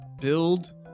build